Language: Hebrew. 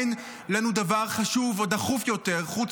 אין לנו דבר חשוב או דחוף יותר חוץ